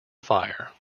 fire